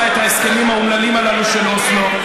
את ההסכמים האומללים הללו של אוסלו.